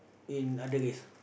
in other race